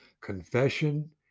Confession